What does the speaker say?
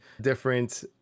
different